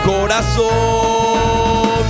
corazón